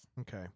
Okay